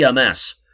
EMS